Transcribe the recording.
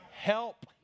Help